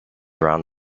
around